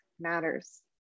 matters